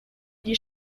you